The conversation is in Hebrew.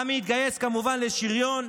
עמי התגייס כמובן לשריון,